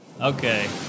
Okay